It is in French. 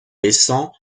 descend